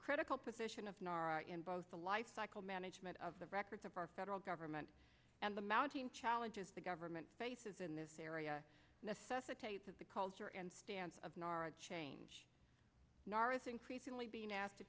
critical position of both the lifecycle management of the records of our federal government and the mounting challenges government spaces in this area necessitates is the culture and stance of nara change nor is increasingly being asked to